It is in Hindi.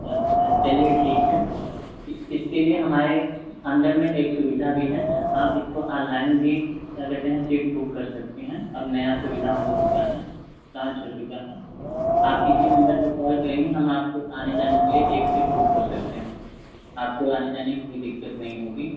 अच्छा चलिए ठीक है इस इसके लिए हमारे अंडर में एक सुविधा भी है आप इसको ऑनलाइन भी क्या कहते हैं सीट बुक कर सकते हैं अब नया सुविधा हो चुका है लांच हो चुका है आप इसी नंबर पर कॉल करेंगे हम आपको आने जाने के लिए एक सीट बुक कर सकते हैं आपको आने जाने की कोई दिक्कत नहीं होगी